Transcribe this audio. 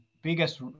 Biggest